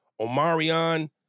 Omarion